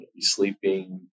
sleeping